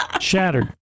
Shattered